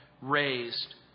raised